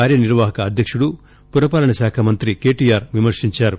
కార్యనిర్వాహక అధ్యకుడు పురపాలక శాఖ మంత్రి కేటీఆర్ విమర్పించారు